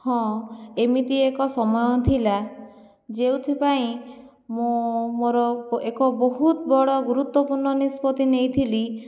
ହଁ ଏମିତି ଏକ ସମୟ ଥିଲା ଯେଉଥିପାଇଁ ମୁଁ ମୋର ଏକ ବହୁତ ବଡ଼ ଗୁରୁତ୍ୱପୂର୍ଣ୍ଣ ନିଷ୍ପତ୍ତି ନେଇଥିଲି